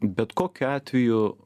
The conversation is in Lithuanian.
bet kokiu atveju